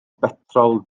betrol